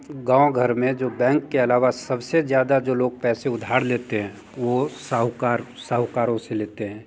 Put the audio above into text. गाँव घर में जो बैंक के अलावा सबसे ज़्यादा जो लोग पैसे उधार लेते हैं वो साहूकार साहूकारों से लेते हैं